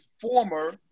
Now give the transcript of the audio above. former